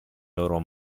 loro